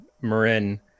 Marin